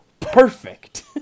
Perfect